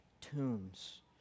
tombs